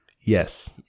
yes